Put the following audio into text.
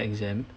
exam